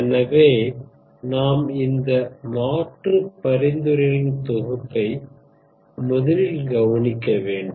எனவே நாம் இந்த மாற்று பரிந்துரைகளின் தொகுப்பைப் முதலில் கவனிக்க வேண்டும்